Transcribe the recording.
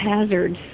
hazards